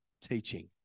teaching